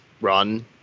run